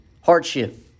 hardship